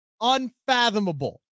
unfathomable